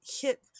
hit